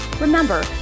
Remember